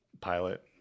pilot